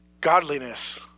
godliness